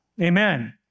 Amen